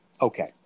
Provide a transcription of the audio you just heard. Okay